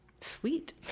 Sweet